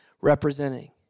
representing